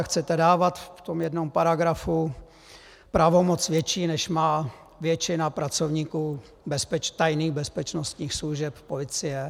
Chcete tam dávat v tom jednom paragrafu pravomoc větší, než má většina pracovníků tajných bezpečnostních služeb policie.